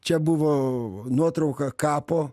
čia buvo nuotrauka kapo